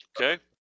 Okay